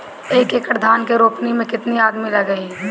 एक एकड़ धान के रोपनी मै कितनी आदमी लगीह?